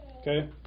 Okay